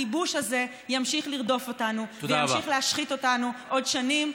הכיבוש הזה ימשיך לרדוף אותנו וימשיך להשחית אותנו עוד שנים,